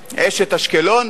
"עשת" אשקלון,